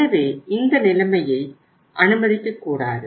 எனவே இந்த நிலைமையை அனுமதிக்கக்கூடாது